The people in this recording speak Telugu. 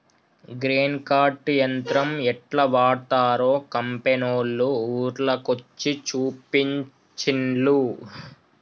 గ్రెయిన్ కార్ట్ యంత్రం యెట్లా వాడ్తరో కంపెనోళ్లు ఊర్ల కొచ్చి చూపించిన్లు